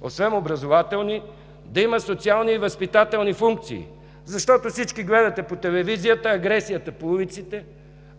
освен образователни да има социални и възпитателни функции, защото всички гледате по телевизията агресията по улиците,